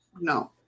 No